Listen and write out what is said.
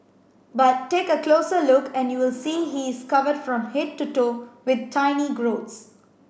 but take a closer look and you will see he is covered from head to toe with tiny growths